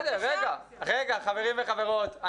חברים וחברות,